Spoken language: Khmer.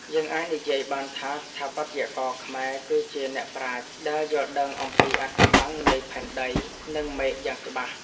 យើងអាចនិយាយបានថាស្ថាបត្យករខ្មែរគឺជាអ្នកប្រាជ្ញដែលយល់ដឹងអំពីអាថ៌កំបាំងនៃផែនដី និង មេឃយ៉ាងច្បាស់។